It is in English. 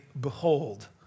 behold